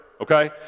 okay